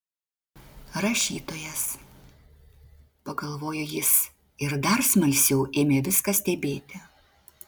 rašytojas pagalvojo jis ir dar smalsiau ėmė viską stebėti